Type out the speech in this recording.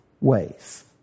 ways